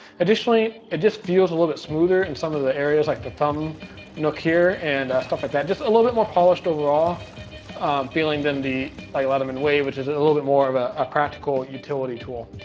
additionally, it just feels a little bit smoother in some of the areas like the thumb nook here and stuff like that. just a little bit more polished overall feeling than the, like leatherman wave, which is a little bit more of a a practical utility tool.